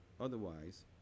Otherwise